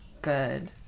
good